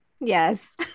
yes